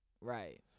Right